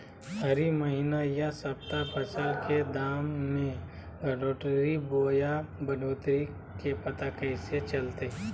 हरी महीना यह सप्ताह फसल के दाम में घटोतरी बोया बढ़ोतरी के पता कैसे चलतय?